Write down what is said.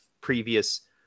previous